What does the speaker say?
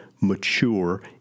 mature